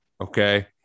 Okay